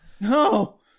no